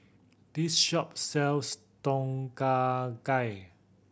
this shop sells Tom Kha Gai